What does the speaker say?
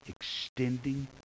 extending